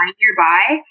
nearby